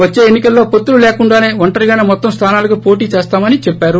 వచ్చే ఎన్ని కల్లో పొత్తులు లేకుండా ్ఒంటరిగానే మొత్తం స్థానాలకు పోటి ్చేస్తామని చెప్పారు